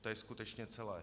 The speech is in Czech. To je skutečně celé.